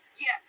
Yes